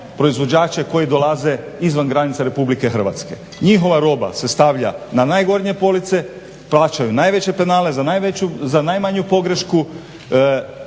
proizvođače koji dolaze izvan granica Republike Hrvatske. Njihova roba se stavlja na najgornje police, plaćaju najveće penale za najmanju pogrešku.